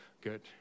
good